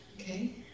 Okay